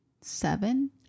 Seven